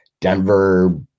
Denver